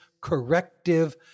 corrective